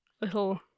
little